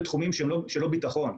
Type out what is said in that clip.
בתחומים שהם לא ביטחוניים.